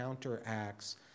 counteracts